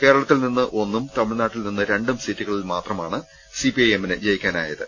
കേരളത്തിൽ നിന്ന് ഒന്നും തമിഴ്നാട്ടിൽ നിന്ന് രണ്ടും സീറ്റുകളിൽ മാത്രമാണ് സി പി ഐ എമ്മിന് ജയിക്കാനായത്